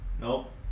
nope